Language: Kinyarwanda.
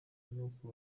n’uko